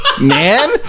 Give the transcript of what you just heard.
man